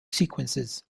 sequences